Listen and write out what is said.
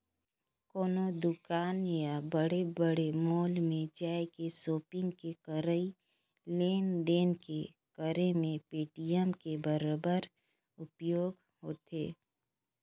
कोनो दुकान या बड़े बड़े मॉल में जायके सापिग के करई लेन देन के करे मे पेटीएम के बरोबर उपयोग होथे